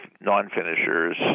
non-finishers